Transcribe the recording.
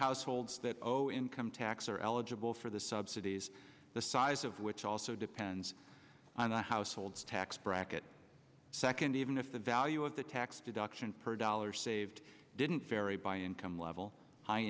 households that zero income tax are eligible for the subsidies the size of which also depends on the households tax bracket second even if the value of the tax deduction per dollar saved didn't vary by income level high